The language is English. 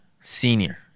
senior